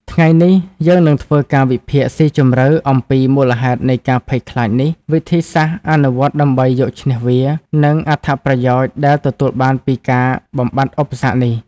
ថ្ងៃនេះ យើងនឹងធ្វើការវិភាគស៊ីជម្រៅអំពីមូលហេតុនៃការភ័យខ្លាចនេះ វិធីសាស្ត្រអនុវត្តដើម្បីយកឈ្នះវា និងអត្ថប្រយោជន៍ដែលទទួលបានពីការបំបាត់ឧបសគ្គនេះ។